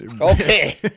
Okay